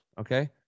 okay